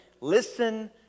listen